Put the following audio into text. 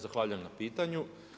Zahvaljujem na pitanju.